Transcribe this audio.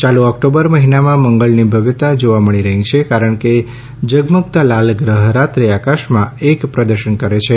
ચાલુ ઑક્ટોબર મહિનામાં મંગળની ભવ્યતા જોવા મળી રહી છે કારણ કે ઝગમગતા લાલ ગ્રહ રાત્રે આકાશમાં એક પ્રદર્શન કરે છે